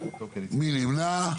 מי נמנע?